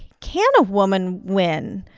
can a woman win?